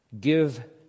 give